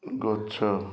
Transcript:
ଗଛ